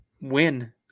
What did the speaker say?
win